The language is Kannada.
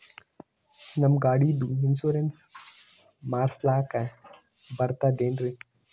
ನಮ್ಮ ಗಾಡಿದು ಇನ್ಸೂರೆನ್ಸ್ ಮಾಡಸ್ಲಾಕ ಬರ್ತದೇನ್ರಿ?